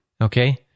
Okay